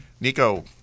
Nico